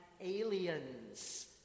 aliens